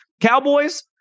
Cowboys